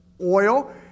oil